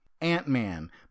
Ant-Man